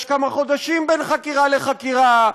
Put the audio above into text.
יש כמה חודשים בין חקירה לחקירה,